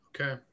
Okay